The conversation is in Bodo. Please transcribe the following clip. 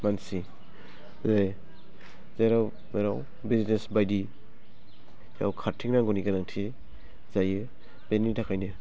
मानसि जेरै जेराव मेराव बिजनेस बायदि खारथिंनांगौनि गोनांथि जायो बेनि थाखायनो